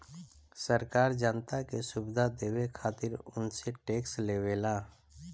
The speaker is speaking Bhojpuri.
सरकार जनता के सुविधा देवे खातिर उनसे टेक्स लेवेला